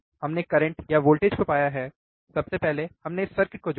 हमने करंट या वोल्टेज को पाया है सबसे पहले हमने इस सर्किट को जोड़ा है